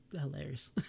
hilarious